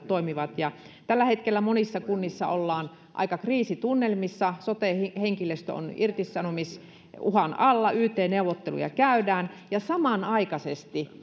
toimivat tällä hetkellä monissa kunnissa ollaan aika kriisitunnelmissa sote henkilöstö on irtisanomisuhan alla yt neuvotteluja käydään ja samanaikaisesti